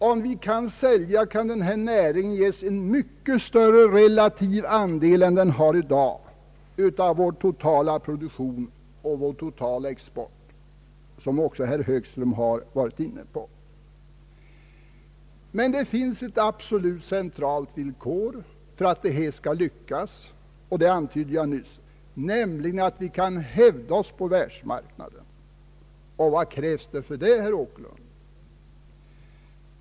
Om vi kan sälja, kan denna näring ge en mycket större relativ andel än den har i dag av vår totala produktion och vår totala export, vilket även herr Högström var inne på. Men det finns ett absolut, centralt villkor för att detta skall lyckas, och det villkoret antydde jag nyss, nämligen att vi kan hävda oss på världsmarknaden. Vad krävs det härför, herr Åkerlund?